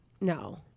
no